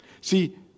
See